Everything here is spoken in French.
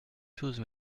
chose